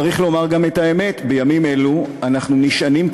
צריך לומר גם את האמת: בימים אלו אנחנו נשענים,